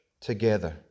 together